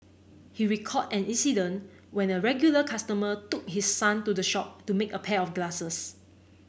he recalled an incident when a regular customer took his son to the shop to make a pair of glasses